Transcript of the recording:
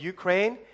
Ukraine